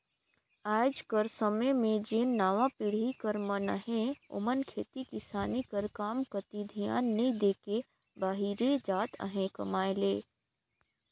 आएज कर समे में जेन नावा पीढ़ी कर मन अहें ओमन खेती किसानी कर काम कती धियान नी दे के बाहिरे जात अहें कमाए ले